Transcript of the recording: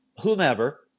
whomever